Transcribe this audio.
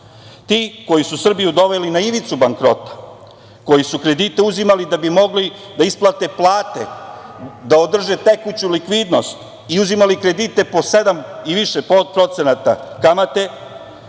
ti koji su Srbiju doveli na ivicu bankrota, koji su kredite uzimali da bi mogli da isplate plate, da održe tekuću likvidnost i uzimali kredite po sedam i više procenata kamate,